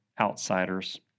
outsiders